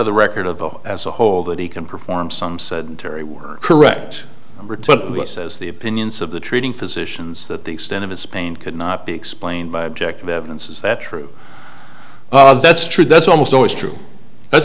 of the record of as a whole that he can perform some said terry were correct it says the opinions of the treating physicians that the extent of his pain could not be explained by objective evidence is that true well that's true that's almost always true that's